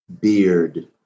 beard